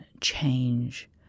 change